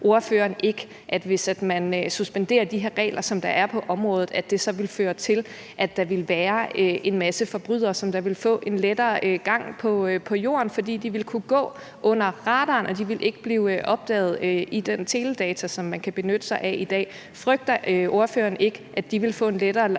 ordføreren ikke, at hvis man suspenderer de her regler, der er områder, så vil føre til, at der vil være en masse forbrydere, som vil få en lettere gang på jord, fordi de vil kunne gå under radaren og de vil ikke blive opdaget i den teledata, som man kan benytte sig af i dag? Frygter ordføreren ikke, at de vil få en lettere gang på jord